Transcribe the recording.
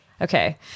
okay